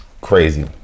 Crazy